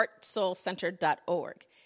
heartsoulcenter.org